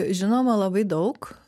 žinoma labai daug